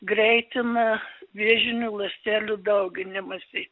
greitina vėžinių ląstelių dauginimąsi